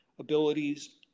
Abilities